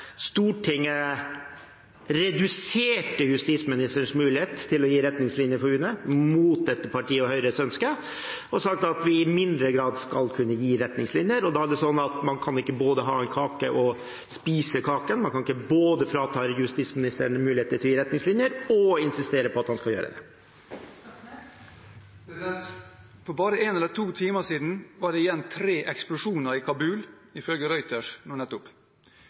Stortinget reduserte justisministerens mulighet til å gi retningslinjer for UNE – mot dette partiets og Høyres ønske – og sa at vi i mindre grad skal kunne gi retningslinjer. Man kan ikke både ha en kake og spise kaken. Man kan ikke både frata justisministeren muligheter til å gi retningslinjer og insistere på at han skal gjøre det. Det åpnes for oppfølgingsspørsmål – først Per Espen Stoknes. For bare en eller to timer siden var det igjen tre eksplosjoner i Kabul, ifølge Reuters nå nettopp.